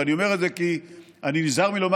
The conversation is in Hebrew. ואני אומר את זה כי אני נזהר מלומר